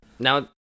Now